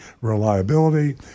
reliability